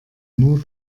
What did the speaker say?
nur